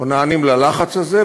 או נענים ללחץ הזה,